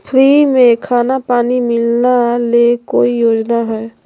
Free में खाना पानी मिलना ले कोइ योजना हय?